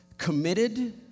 Committed